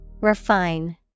Refine